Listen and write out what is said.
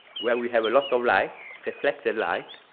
where we have a lot of light, reflected light,